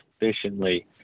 efficiently